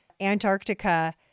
Antarctica